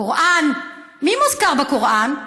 קוראן, מי מוזכר בקוראן?